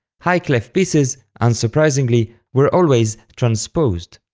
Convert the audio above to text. high-clef pieces, unsurprisingly, were always transposed.